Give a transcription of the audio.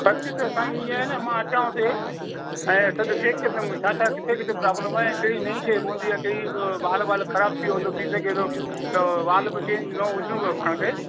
ख़र्च त साईं ईअं आहे न मां अचां उते ऐं सॼो चेक कंदुमि छा छा किथे किथे प्रॉब्लम आहे ऐं कहिड़ी नईं शइ पवंदी यां कहिड़ी वाल वाल ख़राबु थी वियो हूंदो थी सघे थो त वाल बि चेंज नओं विझिणूं पाण खे